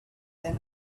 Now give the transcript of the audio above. than